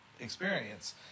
experience